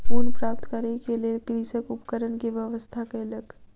ऊन प्राप्त करै के लेल कृषक उपकरण के व्यवस्था कयलक